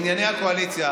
ענייני הקואליציה.